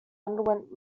underwent